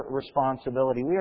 responsibility